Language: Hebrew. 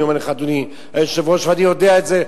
אני אומר לך, אדוני היושב-ראש, ואני יודע את זה.